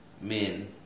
men